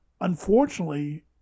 Unfortunately